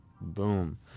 boom